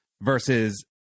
versus